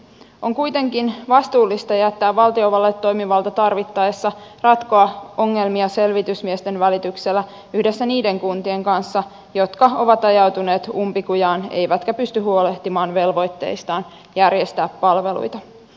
on kuitenkin vastuullista jättää valtiovallalle toimivalta tarvittaessa ratkoa ongelmia selvitysmiesten välityksellä yhdessä niiden kuntien kanssa jotka ovat ajautuneet umpikujaan eivätkä pysty huolehtimaan velvoitteistaan järjestää palveluita